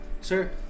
Sir